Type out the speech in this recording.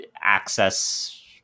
access